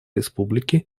республике